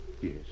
Yes